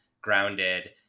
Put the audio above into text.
grounded